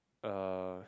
uh